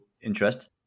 interest